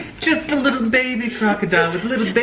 just a little baby crocodile with little baby